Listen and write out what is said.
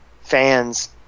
fans